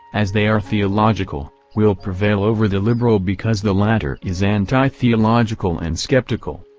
as they are theological, will prevail over the liberal because the latter is anti-theological and skeptical.